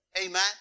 Amen